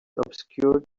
obscured